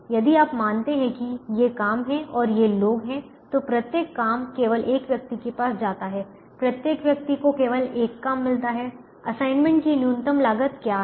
यदि आप मानते हैं कि ये काम हैं और ये लोग हैं तो प्रत्येक काम केवल एक व्यक्ति के पास जाता है प्रत्येक व्यक्ति को केवल एक काम मिलता है असाइनमेंट की न्यूनतम लागत क्या है